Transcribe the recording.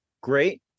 great